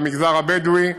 למגזר הבדואי,